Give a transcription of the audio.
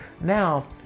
Now